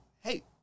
Hey